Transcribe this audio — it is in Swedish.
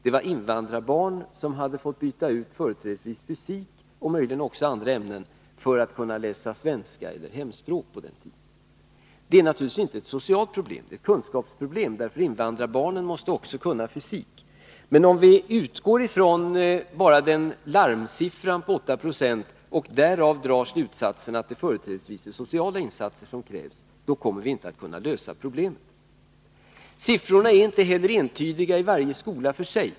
Det var invandrarbarn som hade fått byta ut företrädesvis fysik, och möjligen också andra ämnen, för att på den tid som skulle ha stått till förfogande för dessa ämnen kunna läsa svenska eller hemspråk. Det är naturligtvis inte ett socialt problem, utan det är ett kunskapsproblem, för invandrarbarnen måste också kunna fysik. Om vi utgår från bara larmsiffran på 896 och därav drar slutsatsen att det företrädesvis är sociala insatser som krävs, kommer vi inte att kunna lösa problemen. Siffrorna är inte heller entydiga i varje skola för sig.